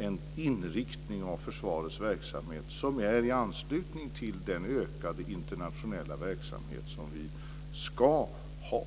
en inriktning av försvarets verksamhet som är i anslutning till den ökade internationella verksamhet som vi ska ha.